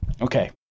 okay